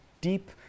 deep